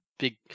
big